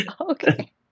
okay